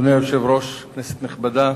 אדוני היושב-ראש, כנסת נכבדה,